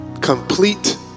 complete